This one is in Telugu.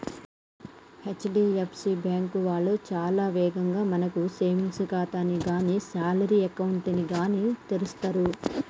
హెచ్.డి.ఎఫ్.సి బ్యాంకు వాళ్ళు చాలా వేగంగా మనకు సేవింగ్స్ ఖాతాని గానీ శాలరీ అకౌంట్ ని గానీ తెరుస్తరు